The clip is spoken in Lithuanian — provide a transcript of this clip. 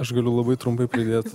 aš galiu labai trumpai pridėt